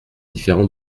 différent